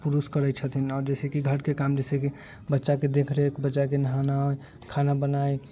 पुरुष करैत छथिन आओर जैसेकि घरके काम जैसेकि बच्चाके देखरेख बच्चाके नहाना खाना बनेनाइ